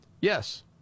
Yes